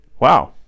Wow